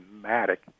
dramatic